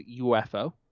UFO